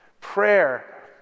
Prayer